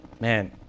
Man